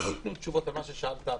שייתנו תשובות למה ששאלת הבוקר,